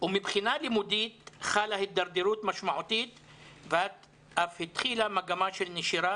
ומבחינה לימודית חלה הידרדרות משמעותית ואף התחילה מגמה של נשירה,